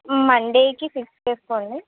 Monday కి fix చేసుకోండి